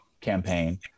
campaign